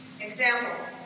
Example